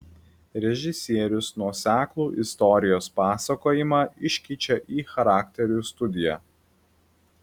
režisierius nuoseklų istorijos pasakojimą iškeičia į charakterių studiją